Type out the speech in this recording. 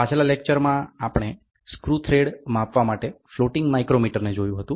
પાછલા લેક્ચર માં આપણે સ્ક્રુ થ્રેડ માપવા માટે ફ્લોટિંગ માઈક્રોમીટર ને જોયું હતું